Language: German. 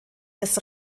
des